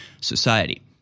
society